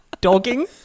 Dogging